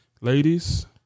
ladies